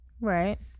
right